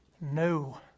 no